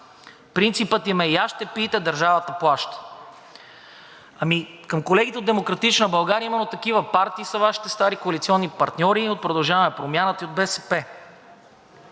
Принципът им е яжте, пийте – държавата плаща.“ Към колегите от „Демократична България“ – именно такива партии са Вашите стари коалиционни партньори от „Продължаваме Промяната“ и от БСП.